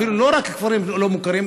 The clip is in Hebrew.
לא רק כפרים לא מוכרים,